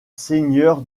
seigneur